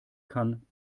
kann